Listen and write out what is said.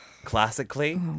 Classically